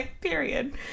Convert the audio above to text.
Period